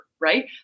Right